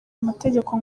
amategeko